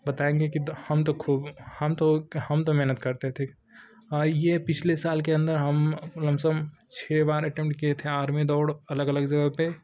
बताएंगे कि हमतो खूब हम तो हम तो मेहनत करते थे ये पिछले साल के अंदर हम लमसम छः बार एटेम्पट किए थे आर्मी दौड़ अलग अलग ज़गह पर